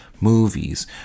movies